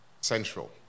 central